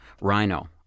Rhino